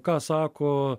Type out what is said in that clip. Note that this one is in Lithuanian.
ką sako